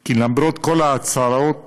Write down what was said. כי למרות כל ההצהרות